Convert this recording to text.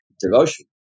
devotion